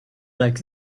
like